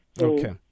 Okay